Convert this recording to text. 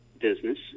business